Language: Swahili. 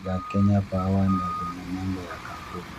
za Kenya Power na zenye nembo ya kampuni.